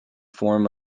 form